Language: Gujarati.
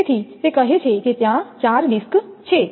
તેથી તે કહે છે કે ત્યાં ચાર ડિસ્ક છે